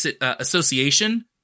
Association